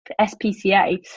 SPCA